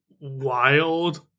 wild